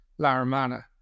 Laramana